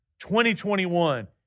2021